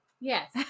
Yes